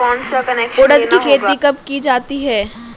उड़द की खेती कब की जाती है?